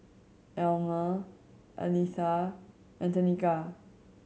Almer Aletha and Tenika